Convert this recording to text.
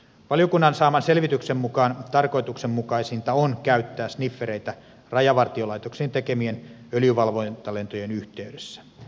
valiokunnan saaman selvityksen mukaan tarkoituksenmukaisinta on käyttää sniffereitä rajavartiolaitoksen tekemien öljyvalvontalentojen yhteydessä